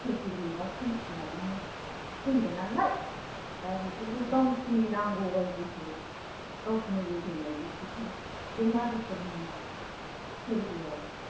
इसोर खुलुमनायाव थांखि लानानै फैयो नालाय दा बिसोरबो गावसोरनि नांगौ बायदिखौ गावसोरनि लुबैनाय बायदिखौ बे मागो पुर्निमा फोरबोआव